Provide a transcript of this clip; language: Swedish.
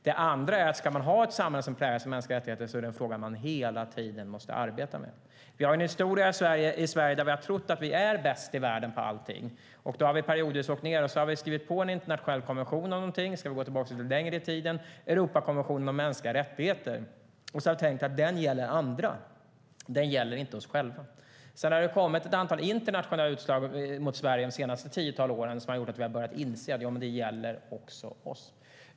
Det andra är att ska man ha ett samhälle som präglas av mänskliga rättigheter är det en fråga som man hela tiden måste arbeta med. Vi har en historia i Sverige där vi har trott att vi är bäst i världen på allting. Vi har ibland åkt ned och skrivit på en internationell konvention om någonting. Vi kan gå tillbaka lite längre i tiden. Jag tänker på Europakonventionen om mänskliga rättigheter. Vi har tänkt att den gäller andra; den gäller inte oss själva. Sedan har det under de senaste tio åren kommit ett antal internationella utslag mot Sverige som har gjort att vi har börjat inse att det också gäller oss.